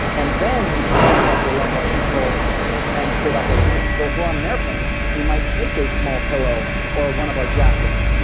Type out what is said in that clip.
and then you can pump up your lumbar control and sit up a little bit. so if we're on an airplane we might take a small pillow or one of our jackets,